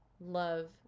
love